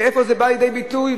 ואיפה זה בא לידי ביטוי?